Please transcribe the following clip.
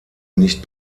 nicht